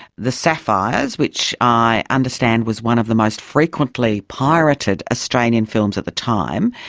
the sapphires, which i understand was one of the most frequently pirated australian films at the time,